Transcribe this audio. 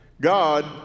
God